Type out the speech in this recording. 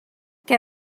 què